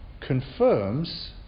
confirms